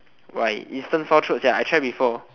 why instant sore throat sia I try before